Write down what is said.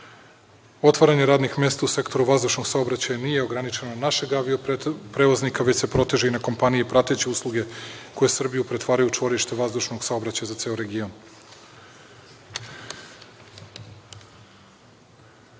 kompanije. Otvaranje radnih mesta u sektoru vazdušnog saobraćaja nije ograničen na našeg avio prevoznika već se proteže na kompanije i prateće usluge koje Srbiju pretvaraju u čvorište vazdušnog saobraćaja za ceo region.